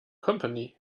company